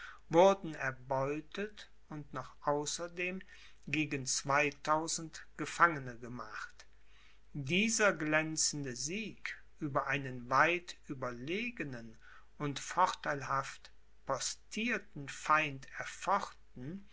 wurden erbeutet und noch außerdem gegen zweitausend gefangene gemacht dieser glänzende sieg über einen weit überlegenen und vorteilhaft postierten feind